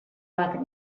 bat